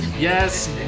Yes